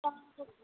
আছে